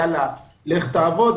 יאללה לך תעבוד,